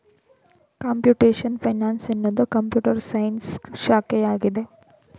computation finance ಎನ್ನುವುದು computer science ಶಾಖೆಯಾಗಿದೆ